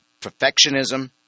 Perfectionism